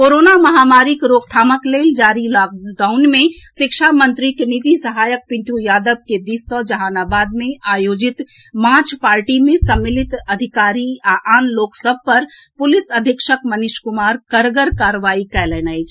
corona महामारीक रोकथामक लेल जारी लॉकडाउन मे शिक्षा मंत्रीक निजी सहायक पिंटू यादव के दिस सँ जहानाबाद मे आयोजित मांछ पार्टी मे सम्मिलित अधिकारी आ आन लोक सभ पर पुलिस अधीक्षक मनीष कुमार कड़गर कार्रवाई कएलनि अछि